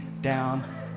down